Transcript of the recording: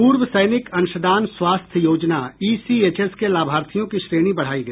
पूर्व सैनिक अंशदान स्वास्थ्य योजना ईसीएचएस के लाभार्थियों की श्रेणी बढ़ाई गई है